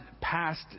passed